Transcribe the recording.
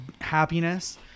happiness